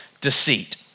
deceit